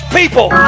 people